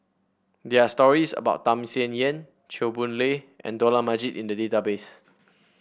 there are stories about Tham Sien Yen Chew Boon Lay and Dollah Majid in the database